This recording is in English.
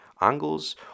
angles